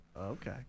Okay